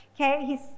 Okay